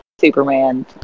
Superman